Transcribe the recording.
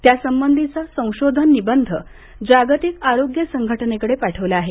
त्यासंबंधीचा संशोधन निबंध जागतिक आरोग्य संघटनेकडे पाठवला आहे